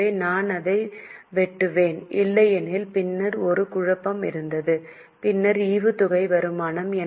எனவே நான் அதை வெட்டுவேன் இல்லையெனில் பின்னர் ஒரு குழப்பம் இருக்கும் பின்னர் ஈவுத்தொகை வருமானம்